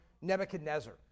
Nebuchadnezzar